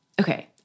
okay